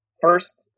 First